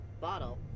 bottle